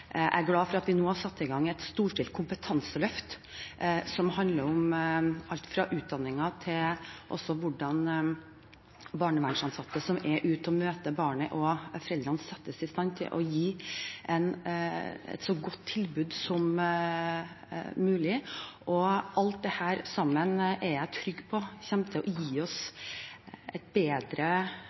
Jeg er glad for at vi nå har satt i gang et storstilt kompetanseløft, som handler om alt fra utdanningen til hvordan barnevernsansatte som er ute og møter barnet og foreldrene, settes i stand til å gi et så godt tilbud som mulig. Alt dette til sammen er jeg trygg på kommer til å gi oss et bedre